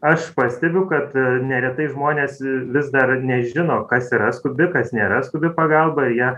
aš pastebiu kad neretai žmonės vis dar nežino kas yra skubi kas nėra skubi pagalba ir ją